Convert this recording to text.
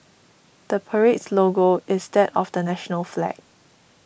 the parade's logo is that of the national flag